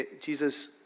Jesus